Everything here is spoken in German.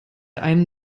einem